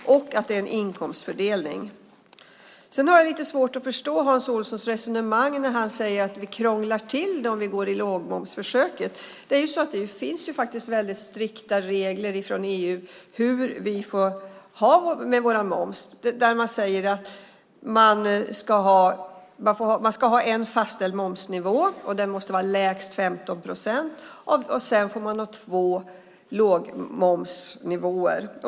Den tredje är att det är en inkomstfördelning. Jag har lite svårt att förstå Hans Olssons resonemang när han säger att vi krånglar till det om vi går in i lågmomsförsöket. Det finns faktiskt väldigt strikta regler från EU om hur vi får ha vår moms. Man säger att det ska vara en fast momsnivå, som måste vara lägst 15 procent, och man får ha två lågmomsnivåer.